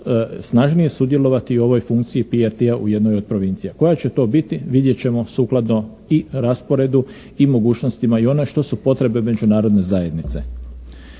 snažnije sudjelovati u ovoj funkciji PRT-a u jednoj od provincija. Koja će to biti vidjet ćemo sukladno i rasporedu i mogućnostima i one što su potrebe međunarodne zajednice.